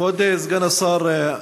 כבוד סגן השר,